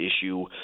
issue